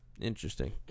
Interesting